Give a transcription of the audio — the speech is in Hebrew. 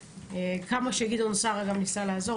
כמה שגדעון סער גם ניסה לעזור,